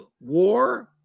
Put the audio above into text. war